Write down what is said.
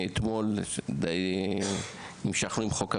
אתמול המשכנו עם חוק הרציפות.